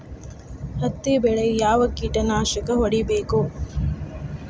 ಹತ್ತಿ ಬೆಳೇಗ್ ಯಾವ್ ಕೇಟನಾಶಕ ಹೋಡಿಬೇಕು?